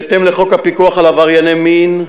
בהתאם לחוק הפיקוח על עברייני מין,